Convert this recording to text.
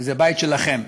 זה הבית שלכם.